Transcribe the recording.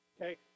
Okay